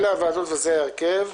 אלה הוועדות וזה ההרכב.